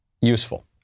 useful